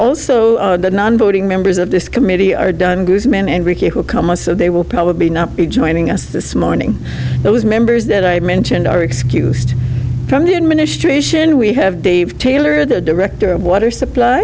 also that non voting members of this committee are done guzmn and ricky who come out so they will probably not be joining us this morning those members that i mentioned are excused from the administration we have dave taylor the director of water supply